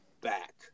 back